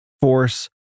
force